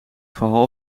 verhaal